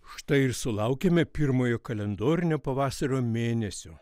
štai ir sulaukėme pirmojo kalendorinio pavasario mėnesio